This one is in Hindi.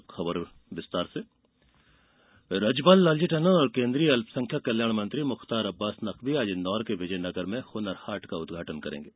अब समाचार विस्तार से हुनर हाट राज्यपाल लालजी टंडन और केन्द्रीय अल्पसंख्यक कल्याण मंत्री मुख्तार अब्बास नकबी आज इंदौर के विजयनगर में हुनर हाट का उद्घाटन करेंगे